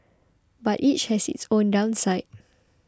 but each has its own downside